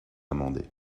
amendé